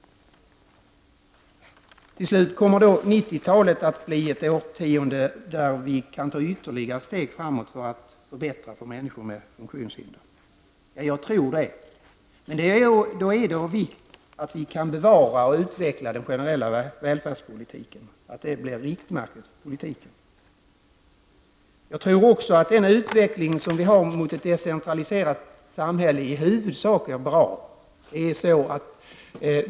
Kommer då 90-talet att bli ett årtionde under vilket vi kan ta ytterligare steg framåt för att förbättra situationen för människor med funktionshinder? Ja, jag tror det. Men det är då av vikt att vi kan bevara och utveckla den generella välfärdspolitiken, att det blir riktmärket för politiken. Jag tror också att den utveckling som sker mot ett decentraliserat samhälle i huvudsak är bra.